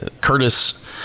Curtis